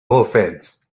offense